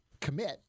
commit